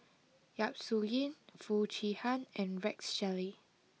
Yap Su Yin Foo Chee Han and Rex Shelley